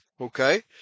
Okay